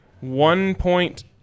one-point